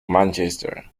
manchester